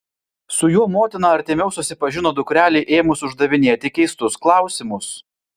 su juo motina artimiau susipažino dukrelei ėmus uždavinėti keistus klausimus